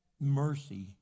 mercy